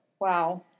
Wow